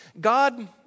God